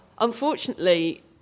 unfortunately